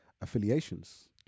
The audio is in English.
affiliations